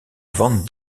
van